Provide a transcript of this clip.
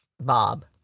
Bob